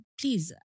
Please